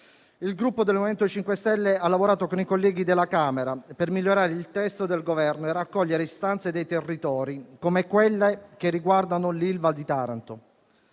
il Gruppo MoVimento 5 Stelle ha lavorato con i colleghi della Camera per migliorare il testo dell'Esecutivo e raccogliere istanze dei territori come quelle riguardanti l'Ilva di Taranto: